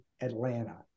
Atlanta